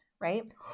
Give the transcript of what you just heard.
right